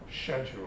schedule